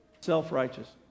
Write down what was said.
self-righteous